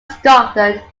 scotland